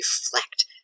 reflect